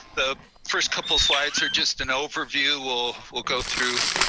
the first couple of slides are just an overview. we'll we'll go through,